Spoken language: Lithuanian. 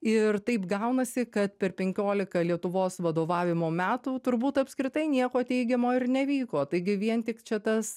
ir taip gaunasi kad per penkiolika lietuvos vadovavimo metų turbūt apskritai nieko teigiamo ir nevyko taigi vien tik čia tas